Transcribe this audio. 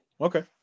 Okay